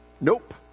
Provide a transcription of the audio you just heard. Nope